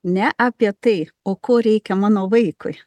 ne apie tai o ko reikia mano vaikui